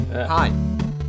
Hi